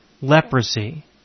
leprosy